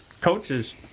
coaches